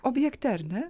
objekte ar ne